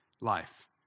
life